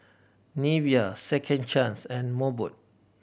Nivea Second Chance and Mobot